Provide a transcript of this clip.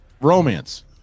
Romance